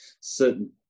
certain